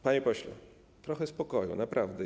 Panie pośle, trochę spokoju, naprawdę.